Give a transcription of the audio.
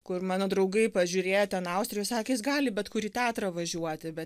kur mano draugai pažiūrėjo ten austrijos sakė jis gali bet kurį teatrą važiuoti be